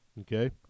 okay